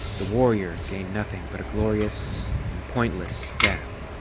the warrior gained nothing but a glorious and pointless death.